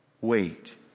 Wait